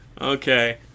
Okay